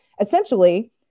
essentially